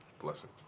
blessing